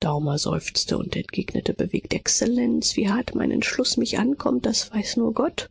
daumer seufzte und entgegnete bewegt exzellenz wie hart mein entschluß mich ankommt das weiß nur gott